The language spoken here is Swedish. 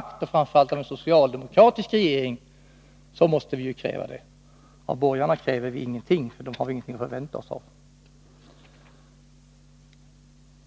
Det måste krävas framför allt av en socialdemokratisk regering. Av borgarna kräver vi ingenting. Av dem har vi ingenting att förvänta oss.